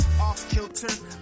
off-kilter